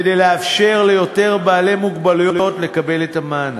כדי לאפשר ליותר בעלי מוגבלויות לקבל את המענק.